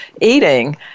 eating